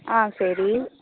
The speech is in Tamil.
ஆ சரி